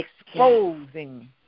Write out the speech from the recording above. exposing